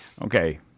Okay